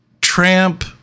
tramp